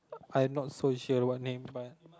I'm not so sure what name but